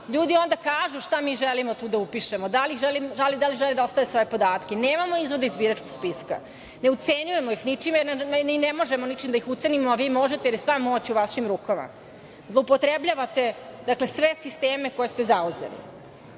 Ljudi onda kažu šta mi tu želimo da upišemo, da li žele da ostave svoje podatke, nemamo izvode iz biračkog spiska, ne ucenjujemo ih ničim, jer ni ne možemo ničim da ih ucenimo, a vi možete, jer sva je moć u vašim rukama. Zloupotrebljavate sve sisteme koje ste zauzeli. Inače,